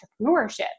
entrepreneurship